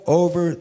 over